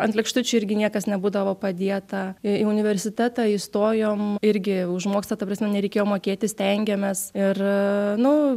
ant lėkštučių irgi niekas nebūdavo padėta į universitetą įstojom irgi už mokslą ta prasme nereikėjo mokėti stengiamės ir nu